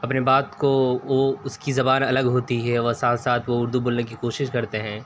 اپنے بات کو وہ اس کی زبان الگ ہوتی ہے وہ ساتھ ساتھ اردو بولنے کی کوشش کرتے ہیں